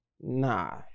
Nah